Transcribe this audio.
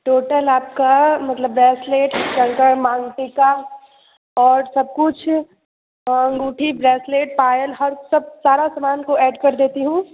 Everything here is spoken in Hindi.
टोटल आपका मतलब ब्रेसलेट कंकर माँग टीका और सब कुछ अंगूठी ब्रेसलेट पायल हर सब सारे सामान को ऐड कर देती हूँ